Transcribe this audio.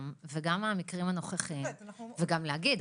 וגם על המקרים הנוכחיים וגם להגיד,